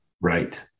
Right